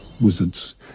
wizards